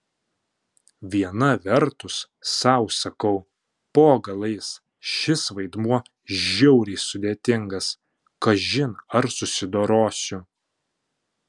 viena vertus sau sakau po galais šis vaidmuo žiauriai sudėtingas kažin ar susidorosiu